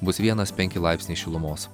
bus vienas penki laipsniai šilumos